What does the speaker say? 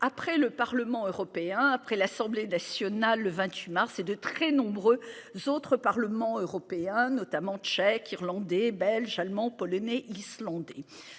après le Parlement européen, après l'Assemblée nationale le 28 mars et de très nombreux autres parlements européens notamment tchèque irlandais belges, allemands, polonais, Islande